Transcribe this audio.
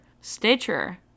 Stitcher